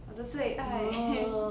我的最爱